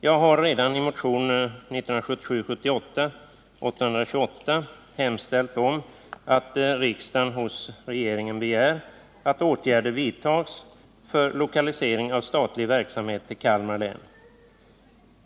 Jag har redan i motionen 1977/78:828 hemställt om att riksdagen hos regeringen begär att åtgärder vidtas för lokalisering av statlig verksamhet till Kalmar län.